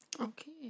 Okay